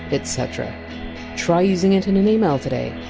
etc try using it in an email today